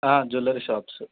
jewelry shops